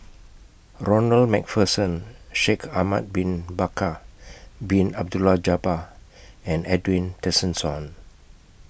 Ronald MacPherson Shaikh Ahmad Bin Bakar Bin Abdullah Jabbar and Edwin Tessensohn